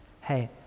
hey